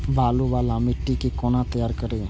बालू वाला मिट्टी के कोना तैयार करी?